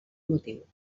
motiu